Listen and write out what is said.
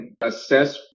assess